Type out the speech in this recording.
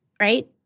right